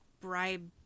bribe